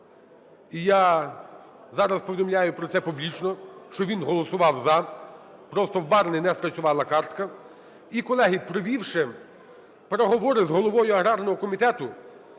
І я зараз повідомляю про це публічно, що він голосував "за", просто в Барни не спрацювала картка. І, колеги, провівши переговори з головою аграрного комітету,